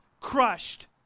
crushed